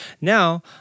Now